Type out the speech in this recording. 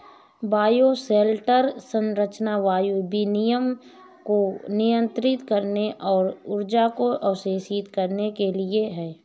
bioshelter संरचना वायु विनिमय को नियंत्रित करने और ऊर्जा को अवशोषित करने के लिए है